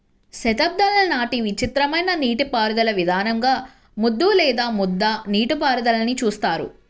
శతాబ్దాల నాటి విచిత్రమైన నీటిపారుదల విధానంగా ముద్దు లేదా ముద్ద నీటిపారుదలని చూస్తారు